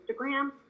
Instagram